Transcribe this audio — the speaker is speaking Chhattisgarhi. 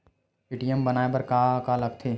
ए.टी.एम बनवाय बर का का लगथे?